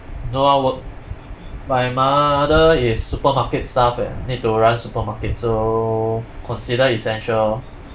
no ah work my mother is supermarket staff eh need to run supermarket so consider essential lor